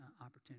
opportunity